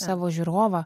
savo žiūrovą